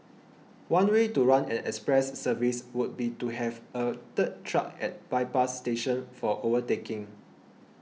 one way to run an express service would be to have a third track at bypass stations for overtaking